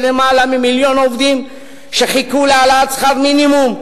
למעלה ממיליון עובדים שחיכו להעלאת שכר מינימום?